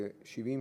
זה 70,